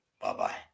Bye-bye